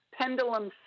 Pendulum